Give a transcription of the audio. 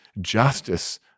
justice